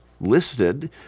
listed